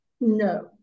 no